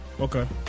Okay